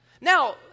Now